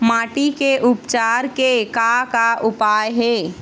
माटी के उपचार के का का उपाय हे?